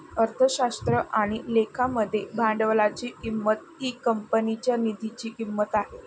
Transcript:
अर्थशास्त्र आणि लेखा मध्ये भांडवलाची किंमत ही कंपनीच्या निधीची किंमत आहे